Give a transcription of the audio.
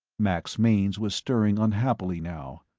max mainz was stirring unhappily now.